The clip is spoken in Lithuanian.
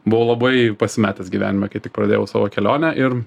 buvau labai pasimetęs gyvenime kai tik pradėjau savo kelionę ir